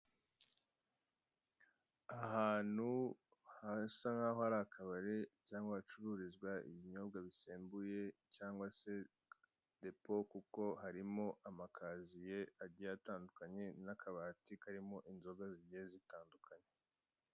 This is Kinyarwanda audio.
Ahantu hasa nk'aho hari akabari cyangwa hacururizwa ibinyobwa bisembuye, cyangwa se depo, kuko harimo amakaziye agiye atandukanye, n'akabati karimo inzoga zigiye zitandukanye.